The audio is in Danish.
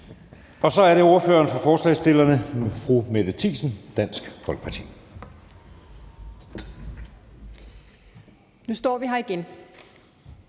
Så er det ordføreren for forslagsstillerne, fru Mette Thiesen, Dansk Folkeparti.